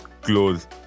close